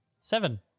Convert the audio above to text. Seven